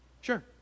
Sure